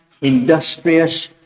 industrious